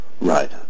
Right